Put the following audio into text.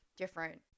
different